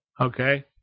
Okay